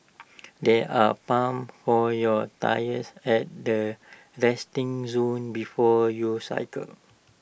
there are pumps for your tyres at the resting zone before your cycle